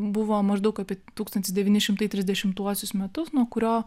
buvo maždaug apie tūkstantis devyni šimtai trisdešimtuosius metus nuo kurio